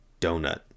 donut